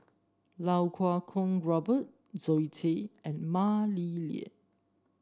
Iau Kuo Kwong Robert Zoe Tay and Mah Li Lian